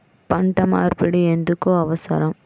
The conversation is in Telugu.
పంట మార్పిడి ఎందుకు అవసరం?